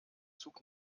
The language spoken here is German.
zug